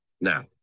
Now